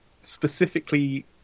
specifically